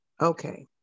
okay